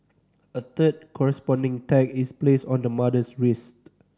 a third corresponding tag is placed on the mother's wrist